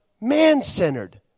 man-centered